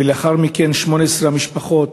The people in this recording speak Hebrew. ולאחר מכן 18 המשפחות,